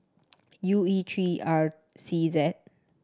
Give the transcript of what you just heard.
U E three R C Z